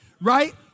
right